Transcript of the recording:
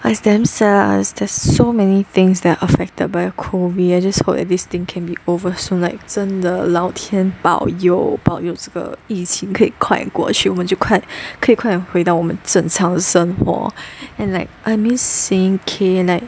I damn sad as there's so many things that is affected by the COVID I just hope that this thing can be over soon like 真的老天保佑保佑这个疫情可以快点过去我们就快可以快点回到我们正常的生活 and like I miss singing K like